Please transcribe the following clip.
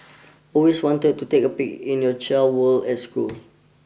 always wanted to take a peek into your child's world at school